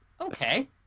okay